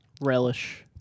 Relish